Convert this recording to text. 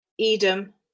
Edom